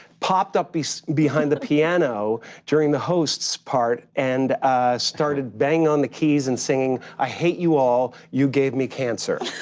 popped up so behind the piano during the host's part and started banging on the keys and singing, i hate you all, you gave me cancer.